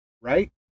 right